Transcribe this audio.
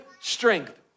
strength